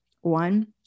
One